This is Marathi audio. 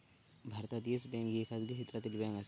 भारतात येस बँक ही खाजगी क्षेत्रातली बँक आसा